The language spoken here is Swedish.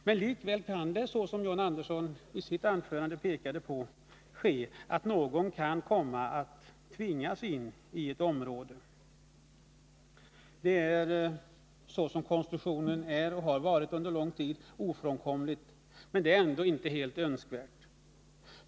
Men likväl kan det, såsom John Andersson pekade på, ske att någon kan komma att tvingas ini ett område. Det är ofrånkomligt, så som konstruktionen är och har varit under lång tid, men det är ändå inte helt önskvärt.